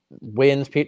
wins